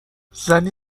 زنی